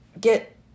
get